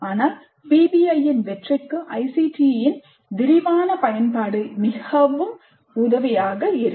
ஆனால் PBIயின் வெற்றிக்கு ICTயின் விரிவான பயன்பாடு மிகவும் உதவியாக இருக்கும்